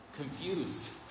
confused